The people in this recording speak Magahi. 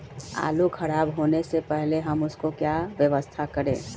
आलू खराब होने से पहले हम उसको क्या व्यवस्था करें?